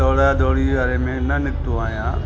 दौड़ा दौड़ी वारे में न निकितो आहियां